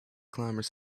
climbers